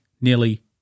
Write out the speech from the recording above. nearly